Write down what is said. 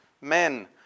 Men